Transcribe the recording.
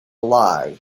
lie